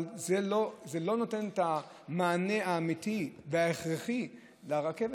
אבל זה לא נותן את המענה האמיתי וההכרחי לרכבת,